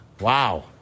Wow